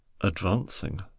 advancing